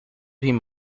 him